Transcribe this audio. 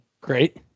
great